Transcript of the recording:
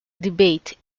debate